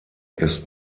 ist